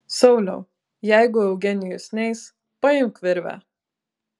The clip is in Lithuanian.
sauliau jeigu eugenijus neis paimk virvę